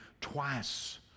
twice